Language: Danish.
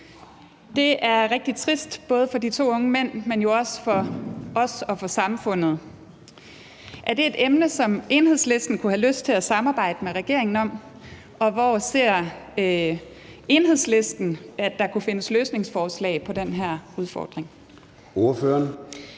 Det er rigtig trist både for de to unge mænd, men jo også for os og for samfundet. Er det et emne, som Enhedslisten kunne have lyst til at samarbejdet med regeringen om? Og hvor ser Enhedslisten at der kunne findes løsningsforslag til den her udfordring?